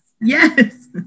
yes